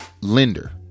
lender